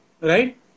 right